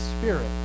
spirit